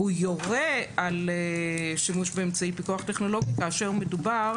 הוא יורה על שימוש באמצעי פיקוח טכנולוגי כאשר מדובר